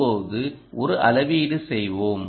இப்போது ஒரு அளவீடு செய்வோம்